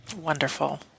Wonderful